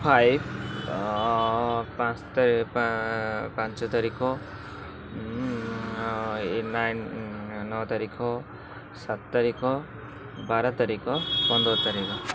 five ପାଞ୍ଚ ତାରିଖ ଏ ନାଇନ୍ ନଅ ତାରିଖ ସାତ ତାରିକ ବାର ତାରିକ ପନ୍ଦର ତାରିକ